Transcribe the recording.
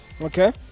Okay